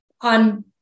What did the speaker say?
on